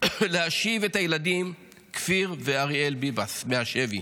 להשיב את הילדים כפיר ואריאל ביבס מהשבי,